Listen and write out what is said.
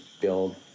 build